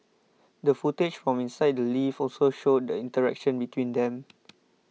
the footage from inside the lift also showed the interaction between them